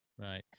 right